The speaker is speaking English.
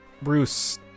Bruce